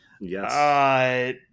Yes